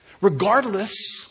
regardless